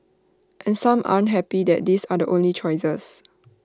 and some aren't happy that these are the only choices